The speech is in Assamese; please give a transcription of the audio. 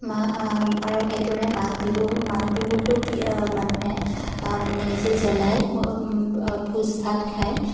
মা আৰু সেইদৰে মাঘ বিহু মাঘ বিহুটো কি মানুহে মেজি জ্বলাই ভোজ ভাত খায়